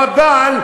או הבעל,